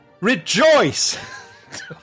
Rejoice